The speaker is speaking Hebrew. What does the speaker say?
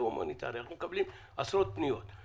אנחנו מקבלים עשרות פניות.